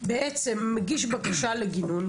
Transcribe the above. מגיש בקשה לדיון,